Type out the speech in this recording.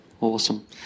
Awesome